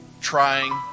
trying